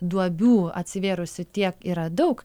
duobių atsivėrusių tiek yra daug